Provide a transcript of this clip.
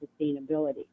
sustainability